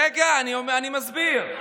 רגע, אני מסביר.